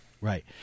Right